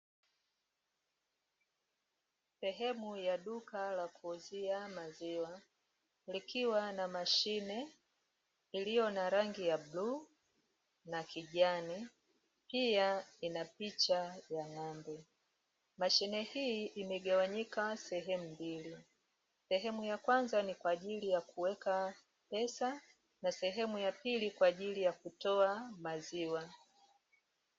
Sehemu ya duka la kuuzia maziwa, likiwa na mashine iliyo na rangi ya bluu na kijani, pia ina picha ya ng'ombe. Mashine hii imegawanyika sehemu mbili, sehemu ya kwanza ni kwa ajili ya kuweka pesa na sehemu ya pili ni kwa ajili ya kutoa maziwa.